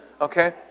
okay